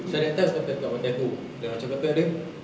macam that time aku text mata air aku dia kata apa